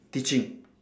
teaching